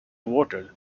watered